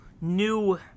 new